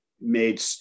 made